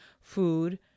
food